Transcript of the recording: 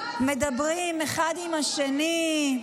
מדברים אחד עם השני.